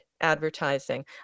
advertising